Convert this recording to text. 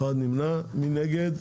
מי נגד?